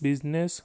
business